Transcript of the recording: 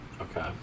okay